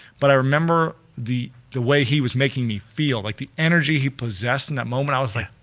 but i remember the the way he was making me feel, like the energy he possessed in that moment, i was like